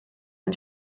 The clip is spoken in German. ein